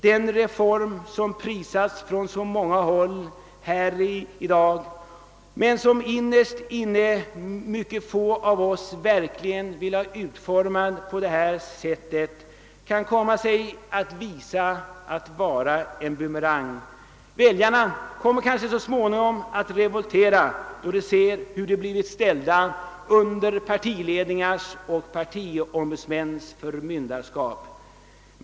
Den reform, som i dag prisats från så många håll men som innerst inne mycket få av oss verkligen vill ha utformad på detta sätt, kan komma att visa sig vara en bumerang. Väljarna kommer kanske så småningom att revoltera, då de ser hur de blivit ställda under partiledningars och partiombudsmäns förmynderskap.